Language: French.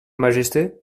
majesté